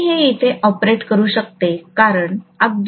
मी हे येथे ऑपरेट करू शकते